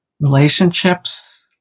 relationships